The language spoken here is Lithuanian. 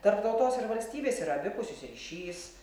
tarp tautos ir valstybės yra abipusis ryšys